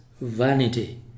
vanity